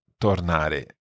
tornare